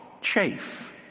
chafe